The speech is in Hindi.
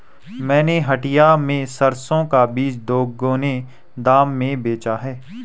मैंने हटिया में सरसों का बीज दोगुने दाम में बेचा है